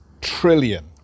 trillion